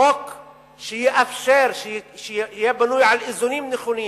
חוק שיאפשר, שיהיה בנוי על איזונים נכונים,